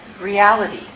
reality